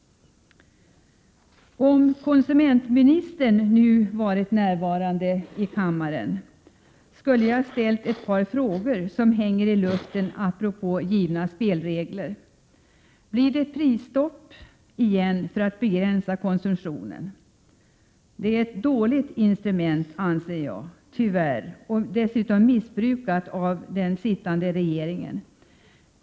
Om konsumentministern varit närvarande i kammaren skulle jag ha ställt ett par frågor till honom, frågor som nu hänger i luften, apropå givna spelregler. Blir det stopp igen i syfte att begränsa konsumtionen? Det är tyvärr ett dåligt instrument och dessutom missbrukat av den nuvarande regeringen.